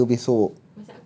masak apa besok